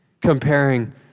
comparing